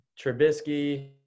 Trubisky